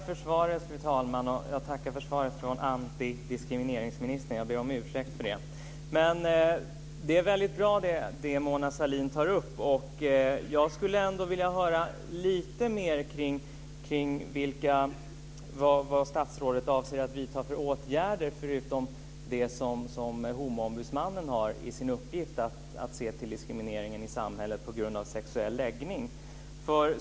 Fru talman! Jag tackar för svaret från antidiskrimineringsministern. Jag ber om ursäkt för det. Det är bra att Mona Sahlin tar upp detta. Men jag skulle vilja höra lite mer om vilka åtgärder statsrådet avser att vidta, förutom det som Homoombudsmannen har i sin uppgift när det gäller att se till diskrimineringen i samhället på grund av sexuell läggning.